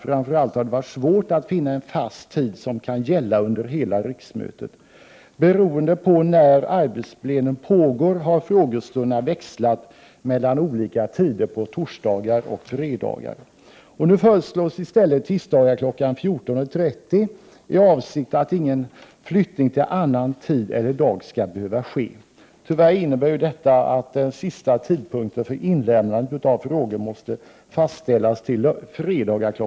Framför allt har det varit svårt att finna en fast tid som kan gälla under hela riksmötet. Beroende på när arbetsplenum pågår har frågestunderna växlat mellan olika tider på torsdagar och fredagar. Nu föreslås att frågestunderna skall förläggas till tisdagar kl. 14.30, och avsikten är att ingen flyttning skall behöva ske till annan tid eller dag. Tyvärr innebär detta att sista tidpunkten för inlämnandet av frågor måste fastställas till fredagar kl.